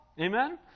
Amen